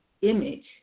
image